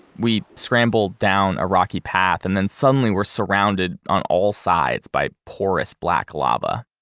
we scrambled down a rocky path, and then suddenly we're surrounded on all sides by porous black lava.